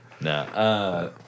No